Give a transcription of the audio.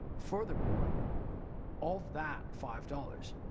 furthermore, all of that five dollars,